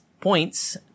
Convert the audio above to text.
points